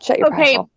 okay